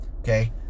okay